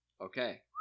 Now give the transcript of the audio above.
Okay